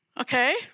Okay